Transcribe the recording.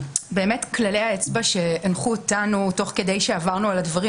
כללי האצבע שהנחו אותנו תוך כדי שעברנו על הדברים